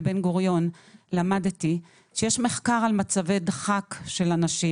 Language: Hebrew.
הראשון באוניברסיטת בן גוריון למדתי שיש מחקר על מצבי דחק של אנשים.